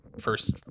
first